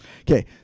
Okay